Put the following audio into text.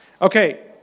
Okay